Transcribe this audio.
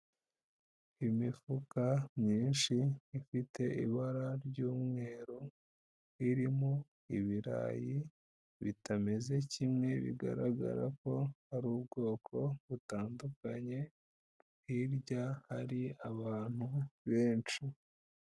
Imifuka myinshi, ifite ibara ry'umweru, irimo ibirayi bitameze kimwe bigaragara ko hari ubwoko butandukanye, hirya hari abantu benshi.